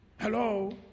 Hello